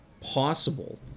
possible